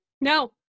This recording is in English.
no